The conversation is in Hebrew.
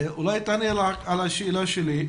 אולי רק תענה על השאלה שלי.